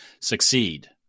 succeed